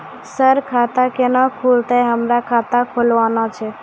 Sir खाता केना खुलतै, हमरा खाता खोलवाना छै?